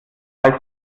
als